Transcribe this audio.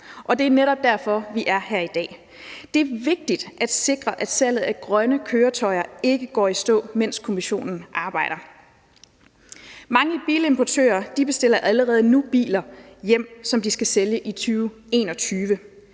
og det er netop derfor, vi er her i dag. Det er vigtigt at sikre, at salget af grønne køretøjer ikke går i stå, mens kommissionen arbejder. Mange bilimportører bestiller allerede nu biler hjem, som de skal sælge i 2021.